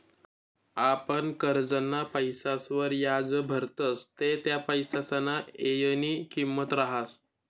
आपण करजंना पैसासवर याज भरतस ते त्या पैसासना येयनी किंमत रहास